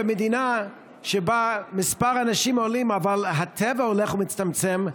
במדינה שבה מספר האנשים עולה אבל הטבע הולך ומצטמצם,